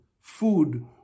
food